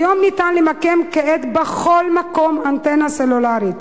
כיום אפשר למקם כמעט בכל מקום אנטנה סלולרית,